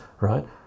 Right